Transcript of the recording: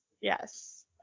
yes